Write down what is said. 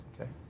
Okay